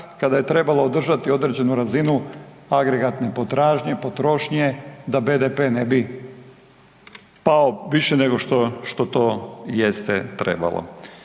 kada je trebalo održati određenu razinu agregatne potražnje potrošnje da BDP ne bi pao više nego što to jeste trebalo.